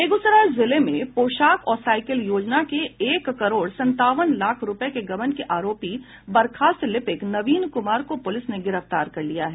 बेगूसराय जिले में पोशाक और साईकिल योजना के एक करोड़ संतावन लाख रुपये के गबन के आरोपी बर्खास्त लिपिक नवीन कुमार को पुलिस ने गिरफ्तार कर लिया है